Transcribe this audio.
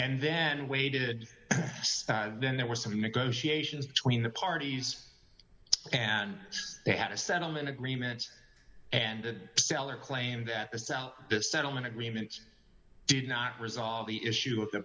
and then waited then there were some negotiations between the parties and they had a settlement agreement and the seller claimed that the settlement agreement did not resolve the issue of the